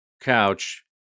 couch